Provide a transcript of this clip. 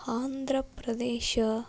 Andhra Pradesh